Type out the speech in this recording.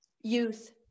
youth